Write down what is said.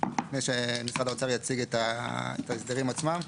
לפני שמשרד האוצר יציג את ההסדרים עצמם.